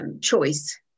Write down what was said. choice